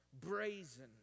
brazen